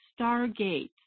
Stargate